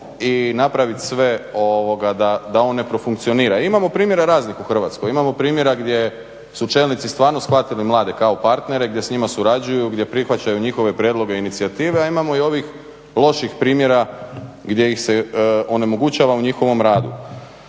i napraviti sve da on ne profunkcionira. Imamo primjera raznih u Hrvatskoj, imamo primjera gdje su čelnici stvarno shvatili mlade kao partnere, gdje s njima surađuju, gdje prihvaćaju njihove prijedloge i inicijative, a imamo i ovih loših primjera gdje ih se onemogućava u njihovom radu.